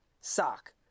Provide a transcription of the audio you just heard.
sock